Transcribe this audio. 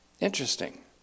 Interesting